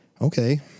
okay